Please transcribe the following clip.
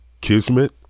Kismet